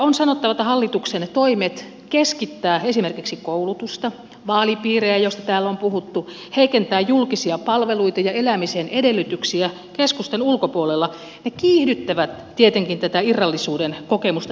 on sanottava että hallituksen toimet keskittää esimerkiksi koulutusta vaalipiirejä joista täällä on puhuttu heikentää julkisia palveluita ja elämisen edellytyksiä keskusten ulkopuolella kiihdyttävät tietenkin tätä irrallisuuden kokemusta edelleen